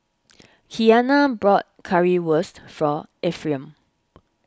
Kiana bought Currywurst for Ephriam